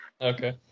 Okay